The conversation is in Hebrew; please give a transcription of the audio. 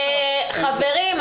חברים,